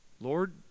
Lord